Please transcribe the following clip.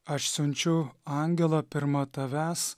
aš siunčiu angelą pirma tavęs